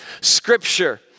scripture